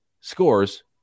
scores